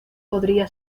podría